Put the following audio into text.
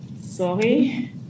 Sorry